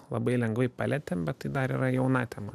labai lengvai palietėm bet tai dar yra jauna tema